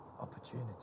opportunity